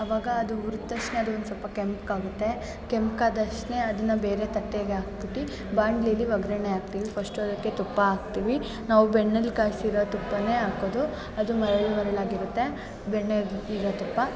ಅವಾಗ ಅದು ಹುರ್ದ ತಕ್ಷ್ಣ ಅದೊಂದ್ ಸ್ವಲ್ಪ ಕೆಂಪಗಾಗುತ್ತೆ ಕೆಂಪಗಾದ ತಕ್ಷ್ಣ ಅದನ್ನು ಬೇರೆ ತಟ್ಟೆಗೆ ಹಾಕ್ಬುಟ್ಟಿ ಬಾಂಡ್ಲಿಲ್ಲಿ ಒಗ್ಗರ್ಣೆ ಹಾಕ್ತೀವಿ ಫಸ್ಟು ಅದಕ್ಕೆ ತುಪ್ಪ ಹಾಕ್ತೀವಿ ನಾವು ಬೆಣ್ಣೆಲ್ಲಿ ಕಾಯ್ಸಿರೋ ತುಪ್ಪನೇ ಹಾಕೋದು ಅದು ಮರ್ಳು ಮರಳಾಗಿರುತ್ತೆ ಬೆಣ್ಣೇದು ಇರೋ ತುಪ್ಪ